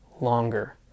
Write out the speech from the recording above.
longer